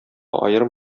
аерым